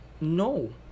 No